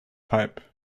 pipe